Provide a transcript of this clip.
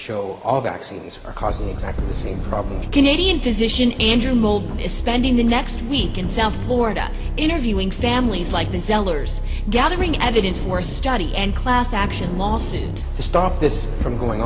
show all vaccines are causing exactly the same problem canadian physician andrew mohl is spending the next week in south florida interviewing families like the zellers gathering evidence for study and class action lawsuit to stop this from going